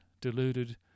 deluded